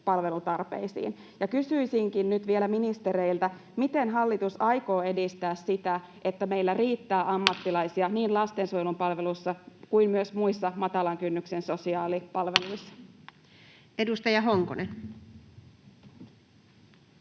palvelutarpeisiin. Kysyisinkin nyt vielä ministereiltä: miten hallitus aikoo edistää sitä, että meillä riittää ammattilaisia niin lastensuojelun palveluissa kuin myös muissa matalan kynnyksen sosiaalipalveluissa? [Speech